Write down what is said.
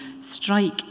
strike